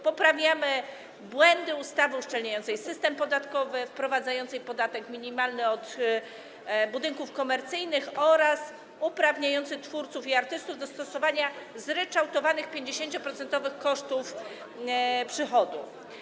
Poprawiamy błędy ustawy uszczelniającej system podatkowy, wprowadzającej podatek minimalny od budynków komercyjnych oraz uprawniającej twórców i artystów do stosowania zryczałtowanych 50-procentowych kosztów uzyskania przychodu.